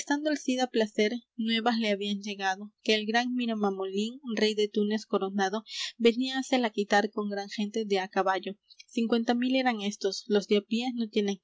estando el cid á placer nuevas le habían llegado que el gran miramamolín rey de túnez coronado venía á se la quitar con gran gente de á caballo cincuenta mil eran éstos los de á pié no tienen